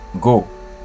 go